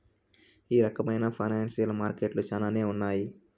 ఈ రకమైన ఫైనాన్సియల్ మార్కెట్లు శ్యానానే ఉన్నాయి